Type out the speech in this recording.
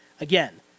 Again